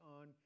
on